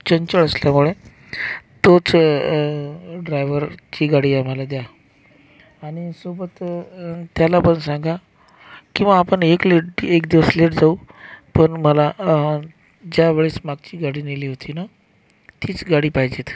चंचल असल्यामुळे तोच ड्रायव्हर ती गाडी आम्हाला द्या आणि सोबत त्याला पण सांगा की वा आपण एक लिट एक दिवस लेट जाऊ पर मला ज्यावेळेस मागची गाडी नेली होती नं तीच गाडी पाहिजेत